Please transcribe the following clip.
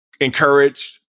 encouraged